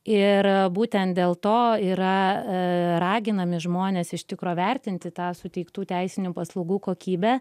ir būtent dėl to yra raginami žmonės iš tikro vertinti tą suteiktų teisinių paslaugų kokybę